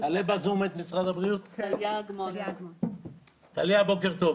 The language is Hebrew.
בוקר טוב.